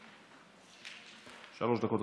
שלוש דקות,